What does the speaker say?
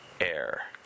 air